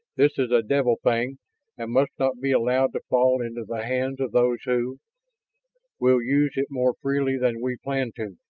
this is a devil thing and must not be allowed to fall into the hands of those who will use it more freely than we plan to?